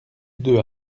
deux